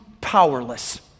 powerless